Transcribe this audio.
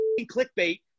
clickbait